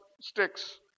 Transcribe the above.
sticks